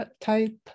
type